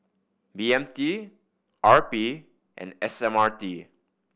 B M T R P and S M R T